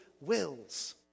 wills